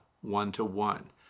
one-to-one